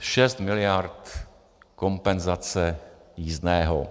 Šest miliard kompenzace jízdného.